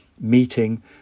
meeting